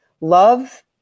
love